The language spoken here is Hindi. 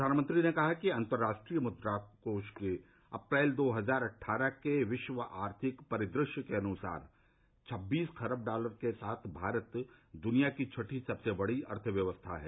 प्रधानमंत्री ने कहा कि अंतर्राष्ट्रीय मुद्राकोष के अप्रैल दो हजार अट्ठारह के विश्व आर्थिक परिदृश्य के अनुसार छबीस खरब डॉलर के साथ भारत दुनिया की छठीं सबसे बड़ी अर्थव्यवस्था है